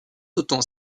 autant